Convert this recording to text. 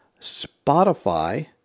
Spotify